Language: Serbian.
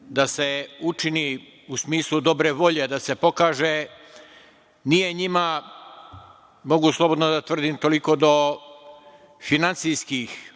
da se učini u smislu dobre volje da se pokaže. Nije njima, mogu slobodno da tvrdim, toliko do finansijskih